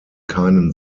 keinen